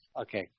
Okay